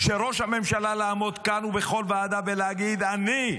של ראש הממשלה לעמוד כאן ובכל ועדה ולהגיד: אני,